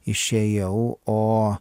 išėjau o